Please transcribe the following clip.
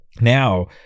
now